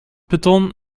beton